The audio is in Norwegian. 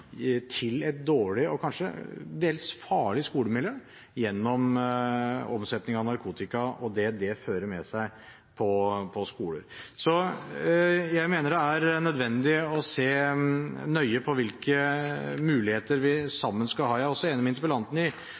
til et dårlig – og kanskje dels farlig – skolemiljø, gjennom omsetning av narkotika og det det fører med seg på skoler. Så jeg mener det er nødvendig å se nøye på hvilke muligheter vi sammen skal ha. Jeg er også enig med interpellanten i